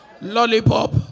lollipop